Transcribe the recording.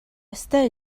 ёстой